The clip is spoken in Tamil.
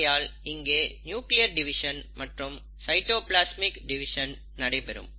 ஆகையால் இங்கே நியூக்ளியர் டிவிஷன் மற்றும் சைட்டோபிளாஸ்மிக் டிவிஷன் நடைபெறும்